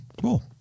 cool